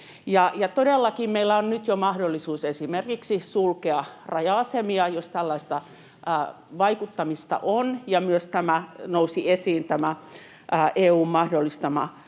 Todellakin meillä on nyt jo mahdollisuus esimerkiksi sulkea raja-asemia, jos tällaista vaikuttamista on, ja myös nousi esiin